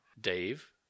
Dave